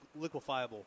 liquefiable